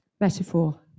metaphor